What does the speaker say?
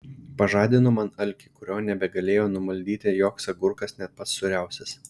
pažadino man alkį kurio nebegalėjo numaldyti joks agurkas net pats sūriausias